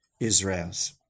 Israel's